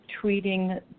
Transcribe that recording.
treating